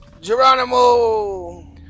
Geronimo